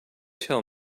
tell